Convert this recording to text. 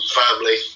family